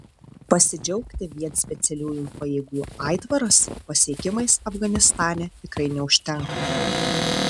pasidžiaugti vien specialiųjų pajėgų aitvaras pasiekimais afganistane tikrai neužtenka